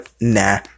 nah